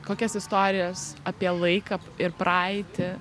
kokias istorijas apie laiką ir praeitį